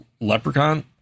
Leprechaun